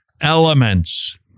elements